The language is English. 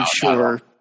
sure